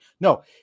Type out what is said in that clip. no